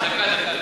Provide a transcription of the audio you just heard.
העניין, דקה, דקה.